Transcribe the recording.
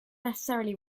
necessarily